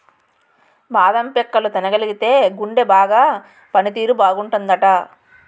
బాదం పిక్కలు తినగలిగితేయ్ గుండె బాగా పని తీరు బాగుంటాదట